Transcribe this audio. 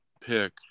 pick